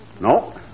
No